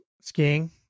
skiing